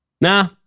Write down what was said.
nah